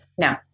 No